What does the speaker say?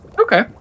Okay